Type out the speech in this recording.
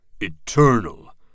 Eternal